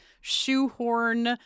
shoehorn